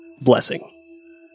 blessing